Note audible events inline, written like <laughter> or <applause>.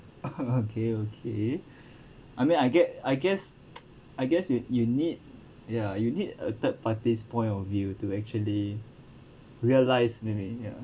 <laughs> okay okay I mean I get I guess I guess you you need ya you need a third party's point of view to actually realise maybe ya